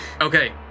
Okay